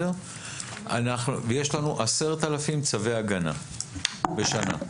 יש לנו 10,000 צווי הגנה בשנה,